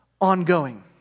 ongoing